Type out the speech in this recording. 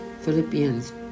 Philippians